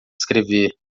escrever